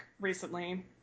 recently